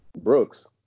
Brooks